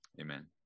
amen